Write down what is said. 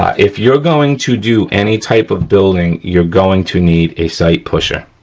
if you're going to do any type of building, you're going to need a sight pusher.